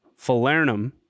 falernum